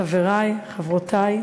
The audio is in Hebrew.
חברי, חברותי,